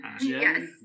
Yes